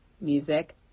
music